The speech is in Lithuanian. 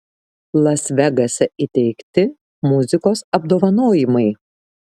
las vegase įteikti muzikos apdovanojimai